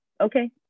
Okay